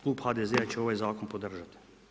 Klub HDZ-a će ovaj zakon podržati.